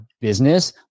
business